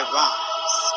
rise